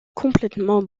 complètement